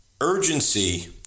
urgency